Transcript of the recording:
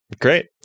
Great